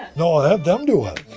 no, ah yeah them do it